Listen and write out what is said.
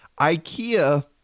Ikea